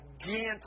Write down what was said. gigantic